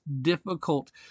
difficult